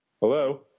Hello